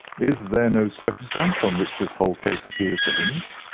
is there no circumstance on which this whole case appears to hinge?